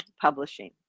Publishing